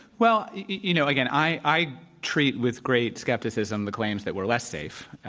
well, you know, again, i treat with great skepticism the claims that we're less safe.